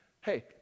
hey